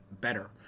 better